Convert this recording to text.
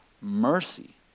mercy